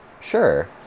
sure